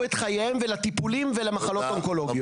את חייהם ולטיפולים ולמחלות האונקולוגיות.